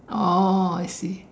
oh